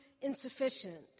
insufficient